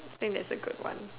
think that's a good one